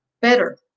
better